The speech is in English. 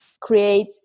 create